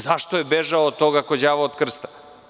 Zašto je bežao od toga ko đavo od krsta?